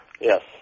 Yes